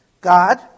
God